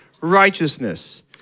righteousness